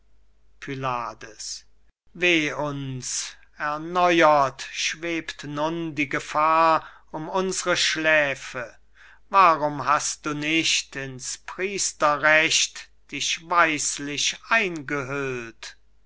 pylades weh uns erneuert schwebt nun die gefahr um unsre schläfe warum hast du nicht in's priesterrecht dich weislich eingehüllt